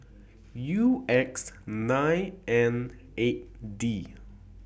U X nine Neight D